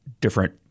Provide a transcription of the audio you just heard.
different